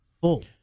full